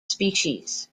species